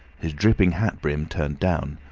his dripping hat-brim turned down,